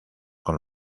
con